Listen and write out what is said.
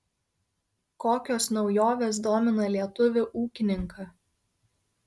kokios naujovės domina lietuvį ūkininką